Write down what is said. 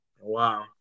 Wow